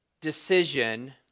decision